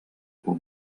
pel